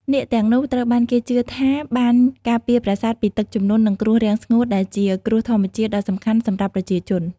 នាគទាំងនោះត្រូវបានគេជឿថាបានការពារប្រាសាទពីទឹកជំនន់ និងគ្រោះរាំងស្ងួតដែលជាគ្រោះធម្មជាតិដ៏សំខាន់សម្រាប់ប្រជាជន។